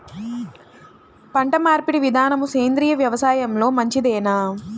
పంటమార్పిడి విధానము సేంద్రియ వ్యవసాయంలో మంచిదేనా?